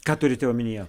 ką turite omenyje